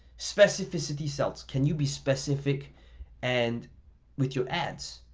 specificity sells. can you be specific and with your ads?